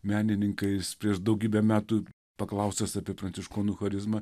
menininkais prieš daugybę metų paklaustas apie pranciškonų charizmą